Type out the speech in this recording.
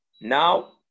Now